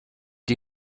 die